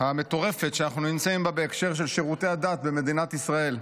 המטורפת שאנחנו נמצאים בה בהקשר של שירותי הדת במדינת ישראל.